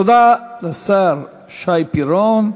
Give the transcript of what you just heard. תודה לשר שי פירון.